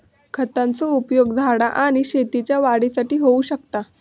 खतांचो उपयोग झाडा आणि शेतीच्या वाढीसाठी होऊ शकता